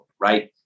right